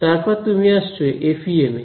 তারপরে তুমি আসছো এফইএম এ